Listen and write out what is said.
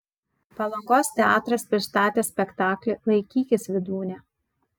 palangos teatras pristatė spektaklį laikykis vydūne